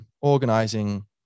Organizing